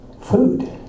food